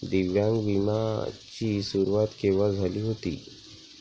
दिव्यांग विम्या ची सुरुवात केव्हा झाली होती?